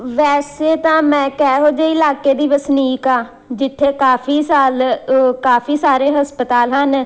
ਵੈਸੇ ਤਾਂ ਮੈਂ ਇੱਕ ਇਹੋ ਜਿਹੇ ਇਲਾਕੇ ਦੀ ਵਸਨੀਕ ਹਾਂ ਜਿੱਥੇ ਕਾਫੀ ਸਾਲ ਕਾਫੀ ਸਾਰੇ ਹਸਪਤਾਲ ਹਨ